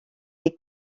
est